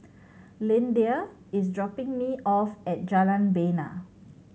Lyndia is dropping me off at Jalan Bena